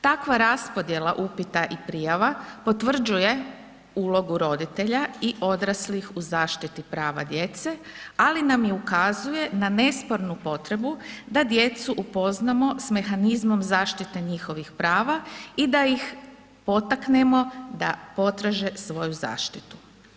Takva raspodjela upita i prijava potvrđuje ulogu roditelja i odraslih u zaštiti prava djece, ali nam i ukazuje na nespornu potrebu da djecu upoznamo s mehanizmom zaštite njihovih prava i da ih potaknemo da potraže svoju zaštitu.